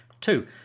Two